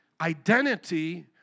identity